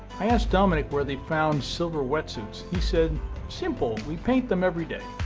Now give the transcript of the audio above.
i asked dominique where they found silver wetsuits. he said simple we paint them every day.